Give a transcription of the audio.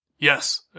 Yes